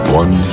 one